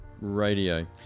Radio